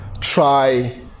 try